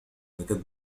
لقد